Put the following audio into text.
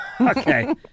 Okay